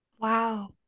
Wow